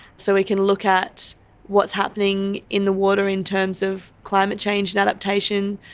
so we can look at what's happening in the water in terms of climate change and adaptation,